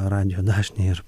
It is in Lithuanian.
radijo dažnį ir